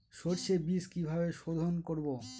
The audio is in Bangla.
সর্ষে বিজ কিভাবে সোধোন করব?